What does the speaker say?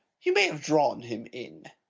you may have drawn him in.